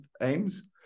aims